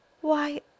Why